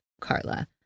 Carla